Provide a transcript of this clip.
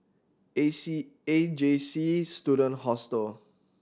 A C A J C Student Hostel